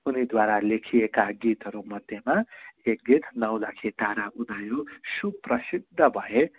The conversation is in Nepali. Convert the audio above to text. उनीद्वारा लेखिएका गीतहरूमध्येमा एक गीत नौ लाखे तारा उदायो सुप्रसिद्ध भए